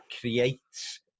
creates